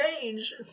change